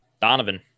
Donovan